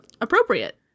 appropriate